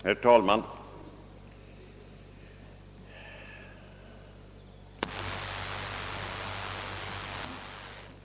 Herr talman!